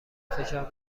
فشار